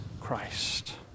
Christ